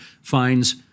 finds